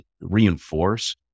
reinforce